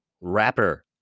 rapper